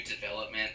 development